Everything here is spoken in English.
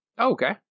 Okay